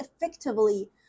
effectively